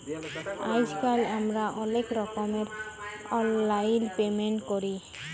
আইজকাল আমরা অলেক রকমের অললাইল পেমেল্ট ক্যরি